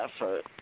effort